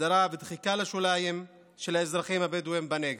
הדרה ודחיקה לשוליים של האזרחים הבדואים בנגב.